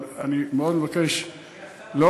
אבל אני מאוד מבקש לא